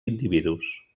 individus